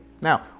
Now